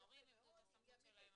ההורים איבדו את הסמכות שלהם,